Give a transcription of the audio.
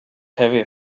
heavy